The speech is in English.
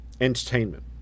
entertainment